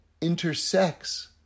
intersects